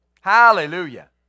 Hallelujah